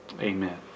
Amen